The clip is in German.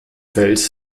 fels